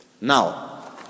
Now